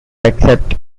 accept